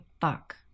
fuck